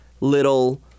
little